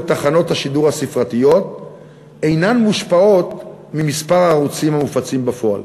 תחנות השידור הספרתיות אינן מושפעות ממספר הערוצים המופצים בפועל.